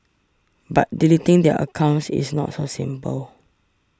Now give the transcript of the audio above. but deleting their accounts is not so simple